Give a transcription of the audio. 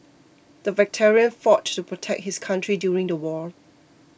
the veteran fought to protect his country during the war